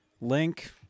Link